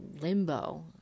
limbo